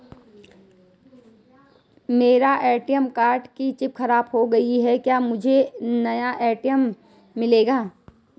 मेरे ATM card की chip खराब हो गयी है क्या मुझे नया ए.टी.एम मिलेगा?